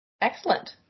Excellent